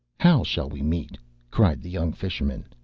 how shall we meet cried the young fisherman.